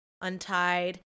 untied